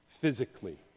physically